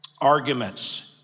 arguments